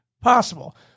possible